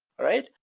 alright?